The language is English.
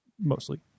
mostly